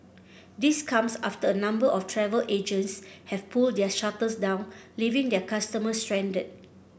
this comes after a number of travel agents have pulled their shutters down leaving their customers stranded